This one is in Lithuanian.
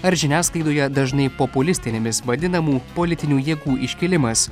ar žiniasklaidoje dažnai populistinėmis vadinamų politinių jėgų iškilimas